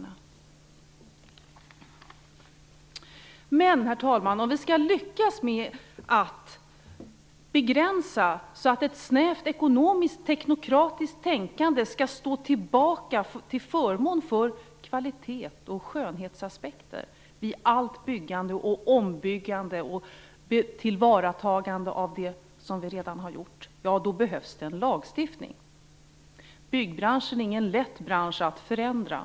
Men, herr talman, om vi skall lyckas med att få ett snävt ekonomiskt teknokratiskt tänkande att stå tillbaka för kvalitets och skönhetsaspekter i allt byggande, ombyggande och tillvaratagande av det som vi redan har gjort, behövs det en lagstiftning. Det är inte lätt att förändra byggbranschen.